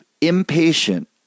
impatient